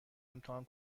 امتحان